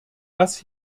das